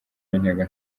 y’inteko